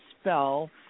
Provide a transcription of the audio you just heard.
spell